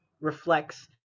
reflects